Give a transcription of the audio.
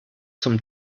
zum